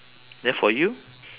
then for you